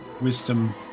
wisdom